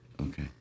Okay